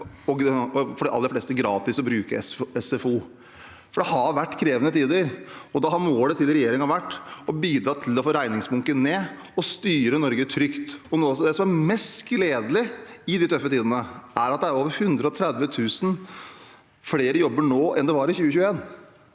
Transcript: og for de aller fleste gratis, å bruke SFO. Det har vært krevende tider, og da har målet til regjeringen vært å bidra til å få regningsbunken ned og styre Norge trygt. Noe av det som er mest gledelig i de tøffe tidene, er at det er over 130 000 flere jobber nå enn det var i 2021.